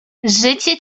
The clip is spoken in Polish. życie